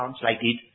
translated